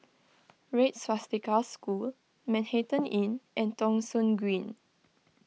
Red Swastika School Manhattan Inn and Thong Soon Green